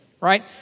right